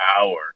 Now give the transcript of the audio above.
hour